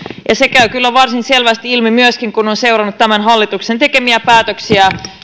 se käy kyllä varsin selvästi ilmi myöskin kun on seurannut tämän hallituksen tekemiä päätöksiä